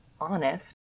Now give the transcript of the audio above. honest